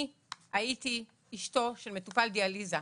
אני הייתי אשתו של מטופל דיאליזה.